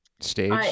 stage